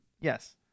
Yes